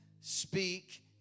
speak